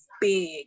big